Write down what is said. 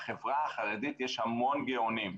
בחברה החרדית יש המון גאונים,